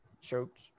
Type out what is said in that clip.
choked